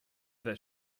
that